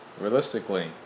realistically